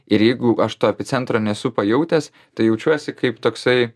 ir jeigu aš to epicentro nesu pajautęs tai jaučiuosi kaip toksai